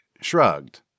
shrugged